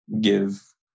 Give